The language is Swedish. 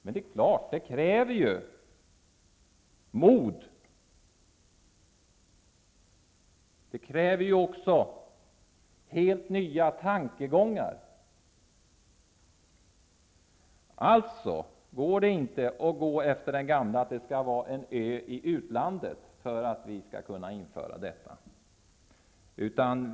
Men det är klart att det kräver mod och också helt nya tankegångar. Alltså går det inte att låta det förbli vid det gamla, att det skall vara fråga om en ö i utlandet för att taxfree-försäljning skall kunna införas.